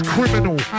criminal